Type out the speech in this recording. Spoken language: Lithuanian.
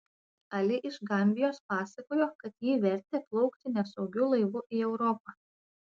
ali iš gambijos pasakojo kad jį vertė plaukti nesaugiu laivu į europą